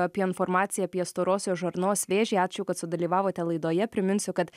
apie informaciją apie storosios žarnos vėžį ačiū kad sudalyvavote laidoje priminsiu kad